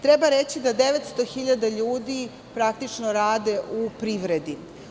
Treba reći da 900 hiljada ljudi praktično rade u privredi.